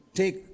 take